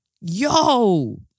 yo